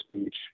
speech